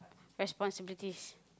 responsibilities